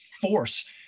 force